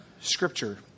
scripture